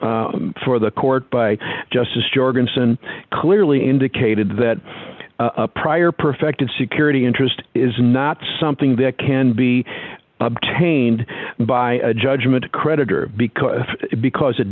for the court by justice jorgensen clearly indicated that a prior perfect security interest is not something that can be obtained by a judgment creditor because because it